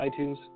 iTunes